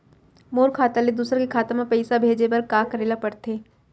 मोर खाता ले दूसर के खाता म पइसा भेजे बर का करेल पढ़थे?